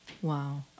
Wow